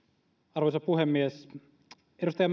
arvoisa puhemies edustaja